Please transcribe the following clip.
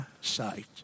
sight